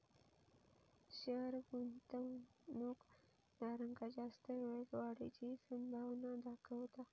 share गुंतवणूकदारांका जास्त वेळेत वाढीची संभावना दाखवता